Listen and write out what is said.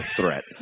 threat